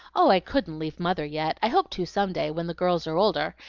oh, i couldn't leave mother yet i hope to some day, when the girls are older,